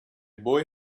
boy